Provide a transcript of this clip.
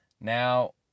now